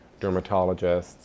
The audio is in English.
dermatologists